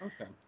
Okay